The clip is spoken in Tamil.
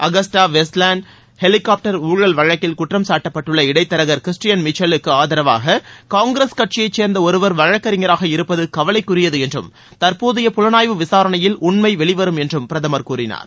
அகஸ்டா வெஸ்ட் லேண்ட் ஹெலிகாப்டர் ஊழல் வழக்கில் குற்றம்காட்டப்பட்டுள்ள இடைத்தரகர் கிறிஸ்டியன் மிச்சேலுக்கு ஆதரவாக காங்கிரஸ் கட்சியைச் சேர்ந்த ஒருவர் வழக்கறிஞராக இருப்பது கவலைக்குரியது என்றும் தற்போதைய புலனாய்வு விசாரணையில் உண்மை வெளிவரும் என்றும் பிரதமர் கூறினார்